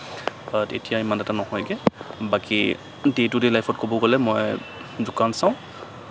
এতিয়া ইমান এটা নহয়গে বাকী ডে টু ডে লাইফত ক'ব গ'লে মই দোকান চাওঁ